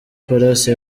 palace